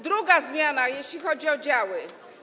Druga zmiana, jeśli chodzi o działy.